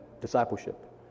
discipleship